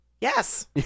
Yes